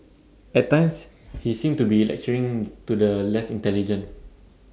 at times he seemed to be lecturing to the less intelligent